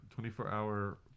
24-hour